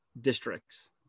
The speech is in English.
districts